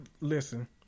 listen